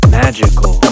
magical